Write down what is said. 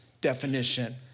definition